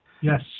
Yes